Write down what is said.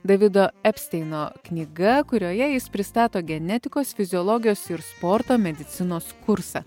davido epsteino knyga kurioje jis pristato genetikos fiziologijos ir sporto medicinos kursą